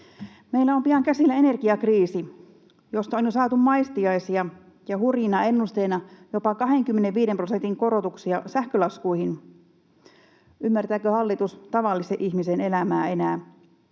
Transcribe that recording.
Meillä on pian käsillä energiakriisi, josta on jo saatu maistiaisia ja hurjina ennusteina jopa 25 prosentin korotuksia sähkölaskuihin. Ymmärtääkö hallitus tavallisen ihmisen elämää enää?